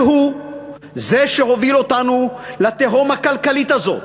והוא זה שהוביל אותנו לתהום הכלכלית הזו,